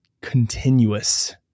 continuous